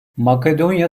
makedonya